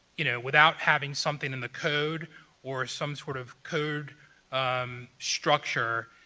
you know, without having something in the code or some sort of code um structure